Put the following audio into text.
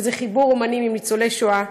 חיבור אמנים עם ניצולי שואה.